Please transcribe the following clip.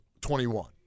21